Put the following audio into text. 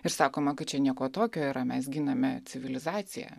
ir sakoma kad čia nieko tokio yra mes giname civilizaciją